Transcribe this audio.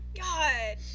God